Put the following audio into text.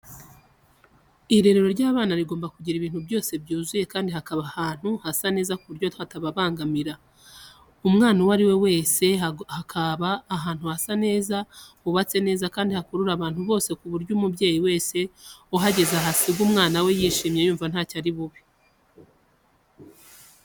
Irerero ry'abana rigomba kugira ibintu byose byuzuye, kandi hakaba ahantu hasa neza ku buryo hatabangamira umwana uwo ari we wese, hakaba ahantu hasa neza hubatse neza kandi hakurura abantu bose ku buryo umubyeyi wese uhageze ahasiga umwana we yishimye yumva ntacyo ari bubure.